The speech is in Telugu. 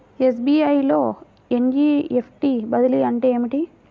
ఎస్.బీ.ఐ లో ఎన్.ఈ.ఎఫ్.టీ బదిలీ అంటే ఏమిటి?